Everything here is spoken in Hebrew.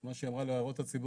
מה שהיא אמרה להערות הציבור.